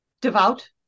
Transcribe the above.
devout